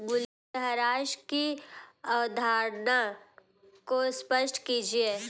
मूल्यह्रास की अवधारणा को स्पष्ट कीजिए